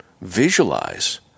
visualize